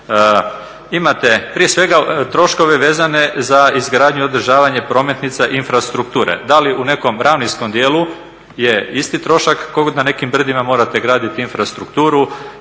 Imate prije svega troškove vezane za izgradnju i održavanje prometnica infrastrukture. Da li u nekom …/Govornik se ne razumije./… dijelu je isti trošak, na nekim brdima morate gradit infrastrukturu